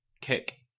kick